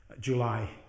July